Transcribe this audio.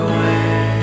away